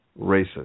racist